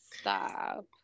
stop